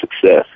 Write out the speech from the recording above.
success